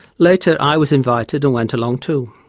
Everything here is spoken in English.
later i was invited and went along too.